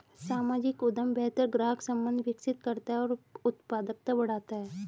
सामाजिक उद्यम बेहतर ग्राहक संबंध विकसित करता है और उत्पादकता बढ़ाता है